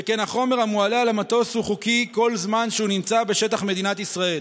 שכן החומר המועלה על המטוס הוא חוקי כל זמן שהוא נמצא בשטח מדינת ישראל.